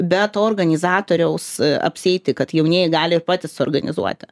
be to organizatoriaus apsieiti kad jaunieji gali ir patys suorganizuoti